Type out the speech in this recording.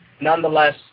Nonetheless